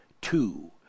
two